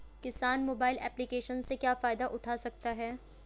किसान mobile application से क्या फायदा उठा सकता है?